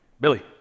Billy